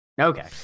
Okay